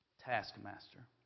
taskmaster